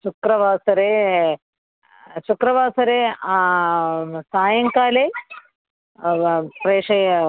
शुक्रवासरे शुक्रवासरे सायङ्काले प्रेषय